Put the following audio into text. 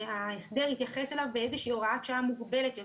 שההסדר יתייחס אליו באיזושהי הוראת שעה מוגבלת יותר,